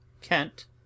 Kent